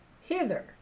hither